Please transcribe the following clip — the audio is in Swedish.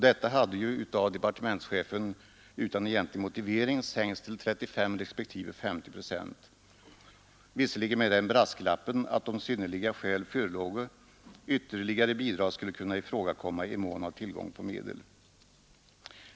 Detta har av departementschefen utan egentlig motivering sänkts till 35 respektive 50 procent, låt vara att man bifogat brasklappen att om synnerliga skäl föreligger ytterligare bidrag skall kunna ifrågakomma i mån av tillgång på medel.